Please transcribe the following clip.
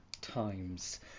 Times